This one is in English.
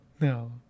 No